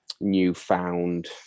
newfound